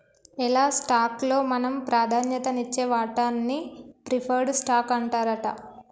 ఎలా స్టాక్ లో మనం ప్రాధాన్యత నిచ్చే వాటాన్ని ప్రిఫర్డ్ స్టాక్ అంటారట